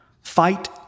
Fight